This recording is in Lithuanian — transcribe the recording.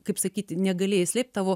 kaip sakyt negalėjai slėpt tavo